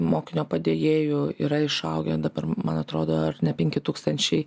mokinio padėjėjų yra išaugę dabar man atrodo ar ne penki tūkstančiai